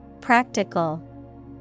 Practical